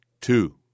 two